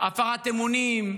הפרת אמונים,